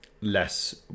less